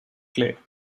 clay